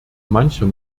mancher